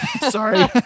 Sorry